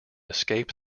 escape